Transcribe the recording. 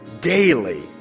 daily